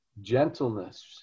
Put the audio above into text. gentleness